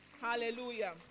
Hallelujah